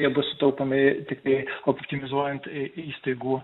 jie bus sutaupomi tiktai optimizuojant įstaigų